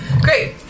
Great